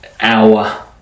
hour